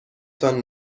تان